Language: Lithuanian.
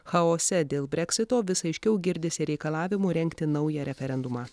chaose dėl breksito vis aiškiau girdisi reikalavimų rengti naują referendumą